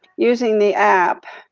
using the app,